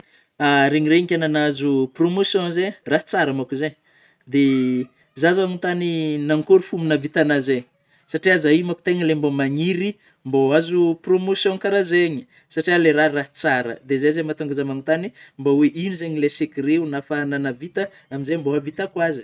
regnregniky enao nahazo promotion zey ,raha tsara manko zay, de zaho zao anotany nankôry fomba nahavitanao an'izay, satria zaho io manko tena le mbô magniry mbô ahazo promotion karanjeny, satria ilay raha ,raha tsara de zay zegny mahatonga zah manontagny mbô oe inona zagny ilay secret oh ,nahafahagnao nahavita amin'izay mbô ahavitako azy.